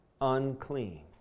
unclean